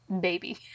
Baby